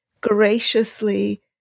graciously